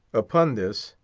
upon this,